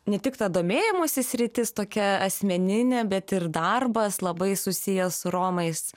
ne tik ta domėjimosi sritis tokia asmeninė bet ir darbas labai susiję su romais